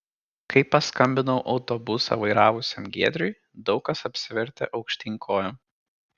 kai paskambinau autobusą vairavusiam giedriui daug kas apsivertė aukštyn kojom